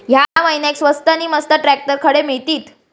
या महिन्याक स्वस्त नी मस्त ट्रॅक्टर खडे मिळतीत?